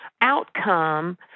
outcome